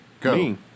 Go